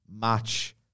match